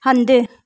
हंधि